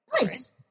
Nice